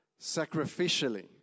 sacrificially